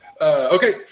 Okay